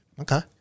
Okay